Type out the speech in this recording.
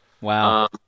Wow